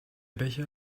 becher